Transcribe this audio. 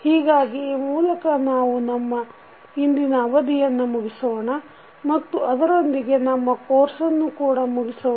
ಹೀಗಾಗಿ ಈ ಮೂಲಕ ನಾವು ನಮ್ಮ ಇಂದಿನ ಅವಧಿಯನ್ನು ಮುಗಿಸೋಣ ಮತ್ತು ಅದರೊಂದಿಗೆ ನಮ್ಮ ಕೋರ್ಸನ್ನು ಕೂಡ ಮುಗಿಸೋಣ